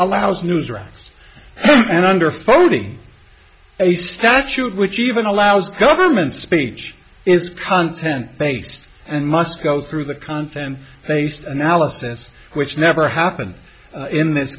allows news rights and under forty a statute which even allows government speech is content based and must go through the content based analysis which never happened in this